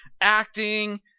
acting